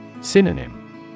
Synonym